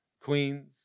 queens